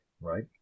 right